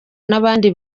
n’abandi